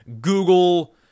Google